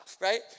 right